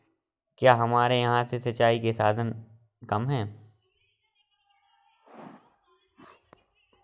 क्या हमारे यहाँ से सिंचाई के साधन कम है?